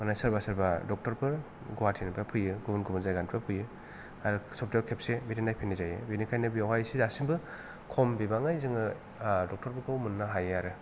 माने सोरबा सोरबा डक्टारफोर गहाथिनिफ्राय फैयो गुबुन गुबुन जायगानिफ्राय फैयो आरो सप्तायाव खेबसे बिदि नायफैनाय जायो बेनिखायनो बेवहाय ऐसे दासिमबो खम बिबाङै जोङो डक्टरफोरखौ मोन्नो हायो आरो